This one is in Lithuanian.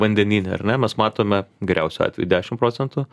vandenyne ar ne mes matome geriausiu atveju dešim procentų